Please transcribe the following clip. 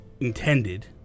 intended